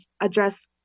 address